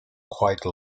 quite